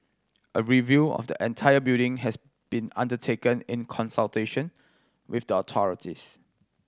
a review of the entire building has been undertaken in consultation with the authorities